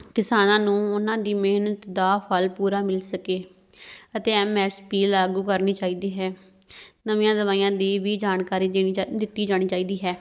ਕਿਸਾਨਾਂ ਨੂੰ ਉਹਨਾਂ ਦੀ ਮਿਹਨਤ ਦਾ ਫਲ ਪੂਰਾ ਮਿਲ ਸਕੇ ਅਤੇ ਐਮ ਐਸ ਪੀ ਲਾਗੂ ਕਰਨੀ ਚਾਹੀਦੀ ਹੈ ਨਵੀਆਂ ਦਵਾਈਆਂ ਦੀ ਵੀ ਜਾਣਕਾਰੀ ਦੇਣੀ ਚਾਹ ਦਿੱਤੀ ਜਾਣੀ ਚਾਹੀਦੀ ਹੈ